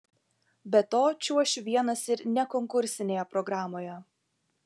be to čiuošiu vienas ir ne konkursinėje programoje